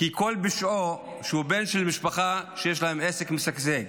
כי כל פשעו, שהוא בן של משפחה שיש להם עסק משגשג.